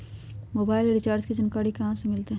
Mobile recharge के जानकारी कहा से मिलतै?